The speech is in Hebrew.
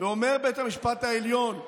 אומר בית המשפט העליון: